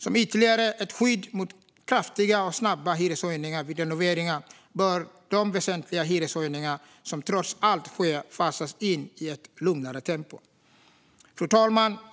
Som ytterligare ett skydd mot kraftiga och snabba hyreshöjningar vid renoveringar bör de väsentliga hyreshöjningar som trots allt sker fasas in i ett lugnare tempo. Fru talman!